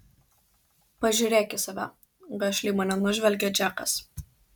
pažiūrėk į save gašliai mane nužvelgia džekas